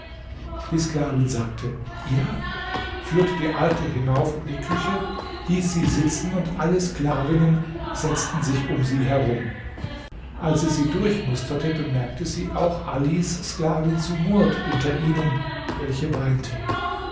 die sklavin sagte ja führte die alte hinauf in die küche hieß sie sitzen und alle sklavinnen setzten sich um sie herum als sie sie durchmusterte bemerkte sie auch alis sklavin sumurd unter ihnen welche weinte